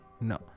no